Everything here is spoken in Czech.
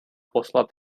poslat